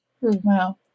Wow